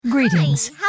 Greetings